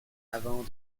avant